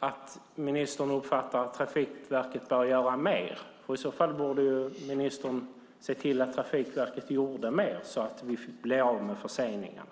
att ministern uppfattar att Trafikverket borde göra mer? I så fall borde ministern se till att Trafikverket gjorde mer så att vi blev av med förseningarna.